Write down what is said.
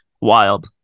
Wild